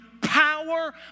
power